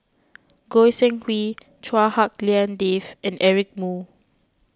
Goi Seng Hui Chua Hak Lien Dave and Eric Moo